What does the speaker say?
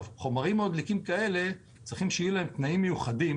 חומרים מאוד דליקים כאלה צריכים שיהיו להם תנאים מיוחדים